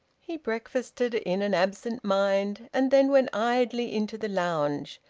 he breakfasted in an absent mind, and then went idly into the lounge,